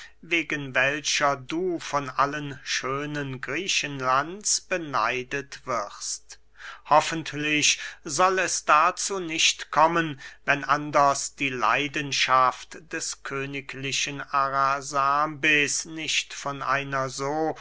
wegen welcher du von allen schönen griechenlands beneidet wirst hoffentlich soll es dazu nicht kommen wenn anders die leidenschaft des königlichen arasambes nicht von einer so